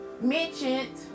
mentioned